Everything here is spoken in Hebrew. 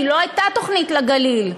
כי לא הייתה תוכנית לגליל,